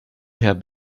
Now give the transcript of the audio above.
herr